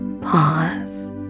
Pause